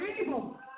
evil